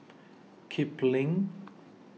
Kipling